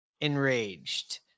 enraged